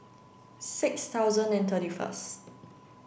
six thousand and thirty first